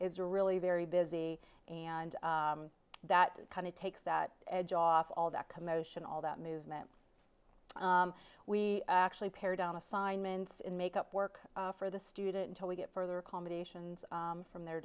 is really very busy and that kind of takes that edge off all that commotion all that movement we actually pare down assignments and make up work for the student till we get further accommodations from their